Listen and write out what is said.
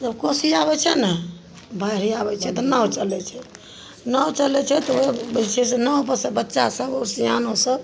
जे कोशी आबय छै ने बाढ़ि आबय छै तऽ नाव चलय छै नाव चलय छै तऽ ओ जे छै से नावपर से बच्चा सब आओर सयाना सब